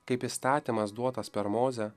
kaip įstatymas duotas per mozę